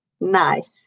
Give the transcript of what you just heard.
Nice